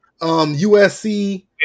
USC